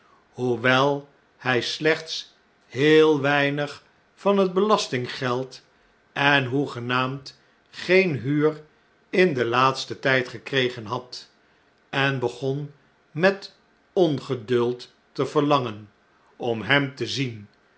hoewel hjj slechts heel weinig van het belastinggeld en hoegenaamd geen huur in den laatstea tyd gekregen had en begon met ongeduld te verlangen ora hem te zien